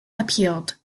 appealed